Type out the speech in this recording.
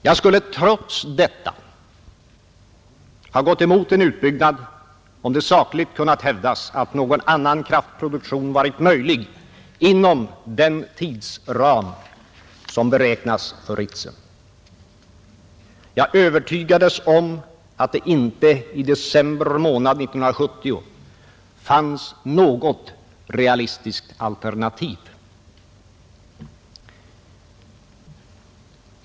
Jag skulle trots detta ha gått emot en utbyggnad, om det sakligt kunnat hävdas att någon annan kraftproduktion varit möjlig inom den tidsram som beräknas för Ritsem. Jag övertygades om att det inte i december månad 1970 fanns något realistiskt alternativ.